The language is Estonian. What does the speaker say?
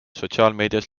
sotsiaalmeedias